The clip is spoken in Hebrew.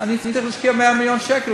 אני צריך להשקיע 100 מיליון שקל,